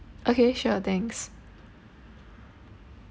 okay sure thanks